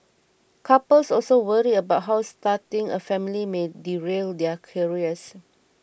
couples also worry about how starting a family may derail their careers